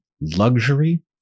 luxury